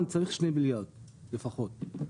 היא 2 מיליארד ₪ לפחות.